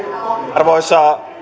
arvoisa